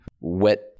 wet